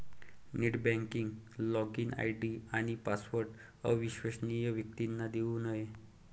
net banking login ID आणि password अविश्वसनीय व्यक्तींना देऊ नये